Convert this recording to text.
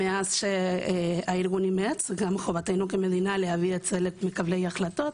מאז שהארגון אימץ חובתנו כמדינה גם להביא את זה למקבלי החלטות,